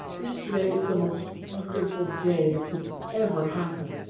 yesterday was the most wonderful day that could ever happen.